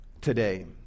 today